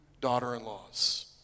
daughter-in-laws